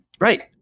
right